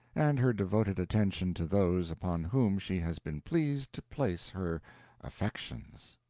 and her devoted attention to those upon whom she has been pleased to place her affections.